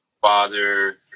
father